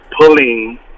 pulling